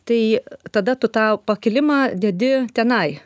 tai tada tu tą pakilimą dedi tenai